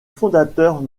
fondateur